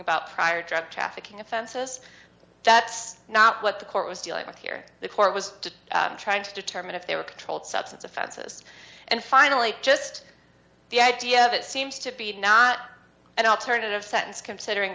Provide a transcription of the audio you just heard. about prior drug trafficking offenses that's not what the court was dealing with here the court was trying to determine if they were controlled substance offenses and finally just the idea of it seems to be not an alternative sentence considering